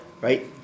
Right